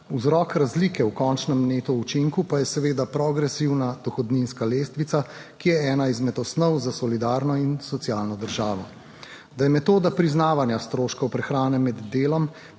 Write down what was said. Vzrok razlike v končnem neto učinku pa je seveda progresivna dohodninska lestvica, ki je ena izmed osnov za solidarno in socialno državo. Da je metoda priznavanja stroškov prehrane med delom